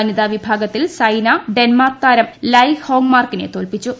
വനിതാ വിഭാഗത്തിൽ സൈന ഡെൻമാർക്ക് താരം ലൈ ഹൊങ്മാർക്കിനെ തോൽപ്പിച്ചു